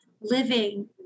living